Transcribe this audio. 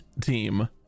team